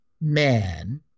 man